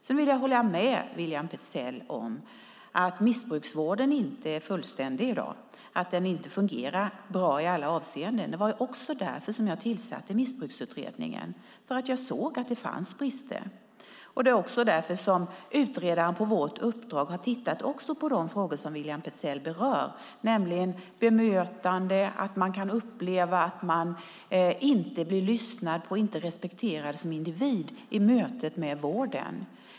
Sedan vill jag hålla med William Petzäll om att missbrukarvården i dag inte är fullständig och inte fungerar bra i alla avseenden. Det var därför som jag tillsatte Missbruksutredningen - jag såg att det fanns brister. Det är också därför som utredaren på vårt uppdrag har tittat även på de frågor som William Petzäll berör, nämligen bemötande, att man kan uppleva att man inte blir lyssnad på och inte respekterad som individ i mötet med vården.